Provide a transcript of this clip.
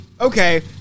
Okay